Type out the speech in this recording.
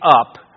up